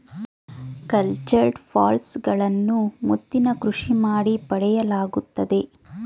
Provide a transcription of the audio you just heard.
cultured pearls ಗಳನ್ನು ಮುತ್ತಿನ ಕೃಷಿ ಮಾಡಿ ಪಡೆಯಲಾಗುತ್ತದೆ